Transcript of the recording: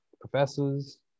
professors